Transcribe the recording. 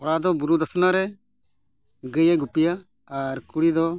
ᱠᱚᱲᱟ ᱫᱚ ᱵᱩᱨᱩ ᱫᱷᱟᱥᱱᱟ ᱨᱮ ᱜᱟᱹᱭᱮ ᱜᱩᱯᱭᱟ ᱟᱨ ᱠᱩᱲᱤ ᱫᱚ